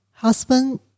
Husband